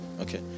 okay